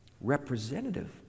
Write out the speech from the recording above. representative